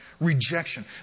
Rejection